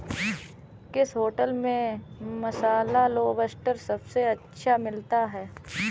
किस होटल में मसाला लोबस्टर सबसे अच्छा मिलता है?